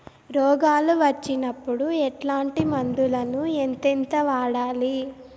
రోగాలు వచ్చినప్పుడు ఎట్లాంటి మందులను ఎంతెంత వాడాలి?